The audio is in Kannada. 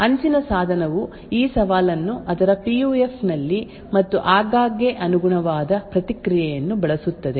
ಅಂಚಿನ ಸಾಧನವು ಈ ಸವಾಲನ್ನು ಅದರ ಪಿ ಯು ಎಫ್ ನಲ್ಲಿ ಮತ್ತು ಆಗಾಗ್ಗೆ ಅನುಗುಣವಾದ ಪ್ರತಿಕ್ರಿಯೆಯನ್ನು ಬಳಸುತ್ತದೆ ಆದ್ದರಿಂದ ಪ್ರತಿಕ್ರಿಯೆಯನ್ನು ಸರ್ವರ್ ಗೆ ಹಿಂತಿರುಗಿಸಲಾಗುತ್ತದೆ